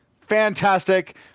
fantastic